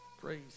Praise